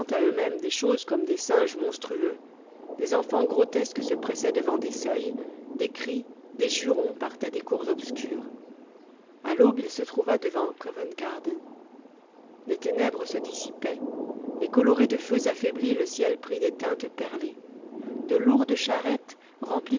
mêmes des choses comme des singes monstrueux des enfants grotesques se pressaient devant des seuils des cris des jurons partaient des cours obscures a l'aube il se trouva devant cocarde les ténèbres se dissipaient et coloré de feux affaiblis le ciel prit des teintes perlées de lourdes charrettes remplies